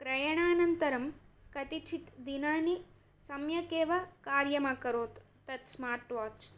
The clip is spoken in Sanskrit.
क्रयणानन्तरं कतिचित् दिनानि सम्यक् एव कार्यम् अकरोत् तत् स्मार्ट् वाच्